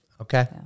Okay